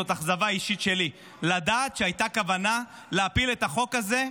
זאת אכזבה אישית שלי לדעת שהייתה כוונה להפיל את החוק הזה.